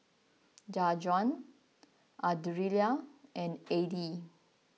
Jajuan Ardelia and Eddy